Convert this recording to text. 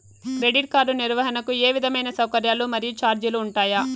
Credit card నిర్వహణకు ఏ విధమైన సౌకర్యాలు మరియు చార్జీలు ఉంటాయా?